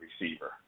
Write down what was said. receiver